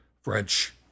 French